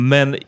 Men